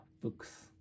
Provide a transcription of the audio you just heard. books